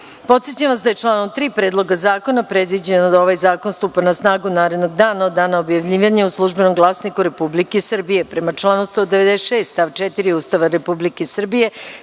amandman. Podsećam vas da je članom 3. Predloga zakona predviđeno da ovaj zakon stupa na snagu narednog dana od dana objavljivanja u „Službenom glasniku Republike Srbije“.Prema